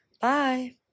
Bye